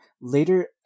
later